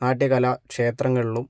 നാട്യ കാലാക്ഷേത്രങ്ങളിലും